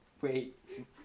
Wait